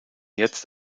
jetzt